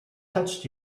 touched